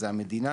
זה המדינה.